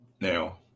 Now